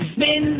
Spin